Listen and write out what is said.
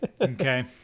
Okay